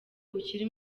ukiri